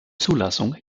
zulassung